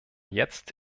jetzt